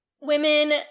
women